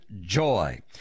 joy